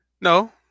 No